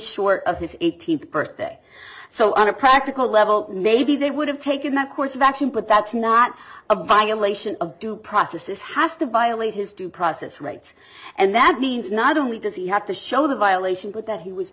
short of his eighteenth birthday so on a practical level maybe they would have taken that course of action but that's not a violation of due process this has to violate his due process rights and that means not only does he have to show the violation but that he was